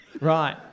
Right